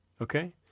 okay